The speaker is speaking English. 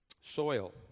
Soil